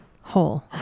whole